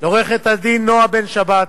לעורכת הדין נועה בן-שבת,